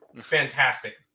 Fantastic